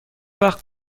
وقت